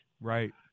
Right